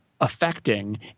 affecting